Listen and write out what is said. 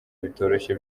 bitoroshye